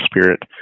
spirit